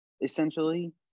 essentially